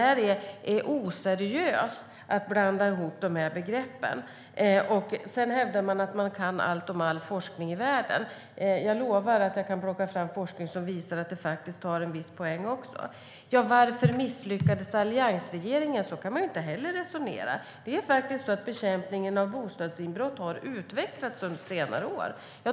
Det är oseriöst att blanda ihop de här begreppen. Sedan hävdar man att man kan allt om all forskning i världen. Jag lovar att jag kan plocka fram forskning som visar att detta har en viss poäng också. Varför misslyckades alliansregeringen? Så kan man inte heller ställa frågan. Bekämpningen av bostadsinbrott har utvecklats under senare år.